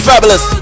Fabulous